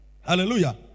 Hallelujah